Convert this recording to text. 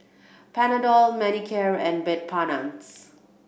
Panadol Manicare and